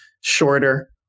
shorter